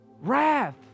wrath